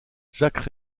jacques